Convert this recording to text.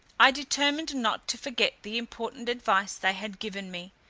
i determined not to forget the important advice they had given me,